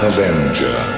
Avenger